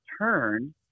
turn